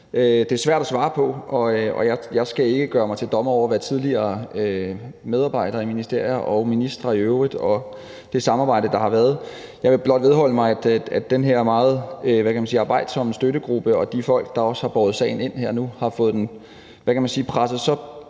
Det er svært at svare på, og jeg skal ikke gøre mig til dommer over tidligere medarbejdere i ministerier og ministre og i øvrigt det samarbejde, der har været. Jeg vil blot henholde mig til, at den her meget arbejdsomme støttegruppe og de folk, der også har båret sagen ind her nu, har fået presset så